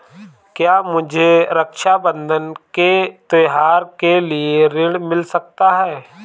क्या मुझे रक्षाबंधन के त्योहार के लिए ऋण मिल सकता है?